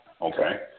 Okay